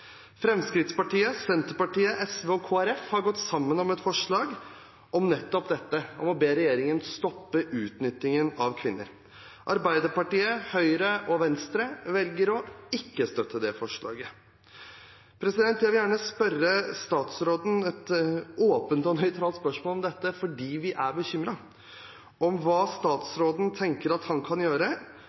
Fremskrittspartiet, Senterpartiet, SV og Kristelig Folkeparti har gått sammen om et forslag om nettopp dette å be regjeringen stoppe utnyttingen av kvinner. Arbeiderpartiet, Høyre og Venstre velger å ikke støtte det forslaget. Jeg vil gjerne stille statsråden et åpent og nøytralt spørsmål om dette – fordi vi er bekymret – om hva statsråden tenker at han kan gjøre